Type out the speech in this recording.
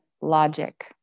logic